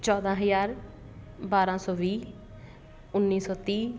ਚੌਦਾਂ ਹਜ਼ਾਰ ਬਾਰ੍ਹਾਂ ਸੌ ਵੀਹ ਉੱਨੀ ਸੌ ਤੀਹ